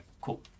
cool